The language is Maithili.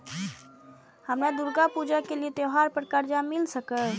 हमरा दुर्गा पूजा के लिए त्योहार पर कर्जा मिल सकय?